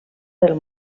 del